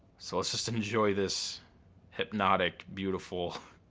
so let's just enjoy this hypnotic, beautiful